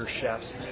chefs